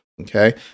okay